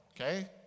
Okay